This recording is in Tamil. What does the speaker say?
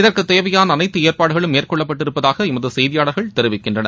இதற்குத் தேவையான அனைத்து ஏற்பாடுகளும் மேற்கொள்ளப்பட்டிருப்பதாக எமது செய்தியாளா்கள் தெரிவிக்கின்றனர்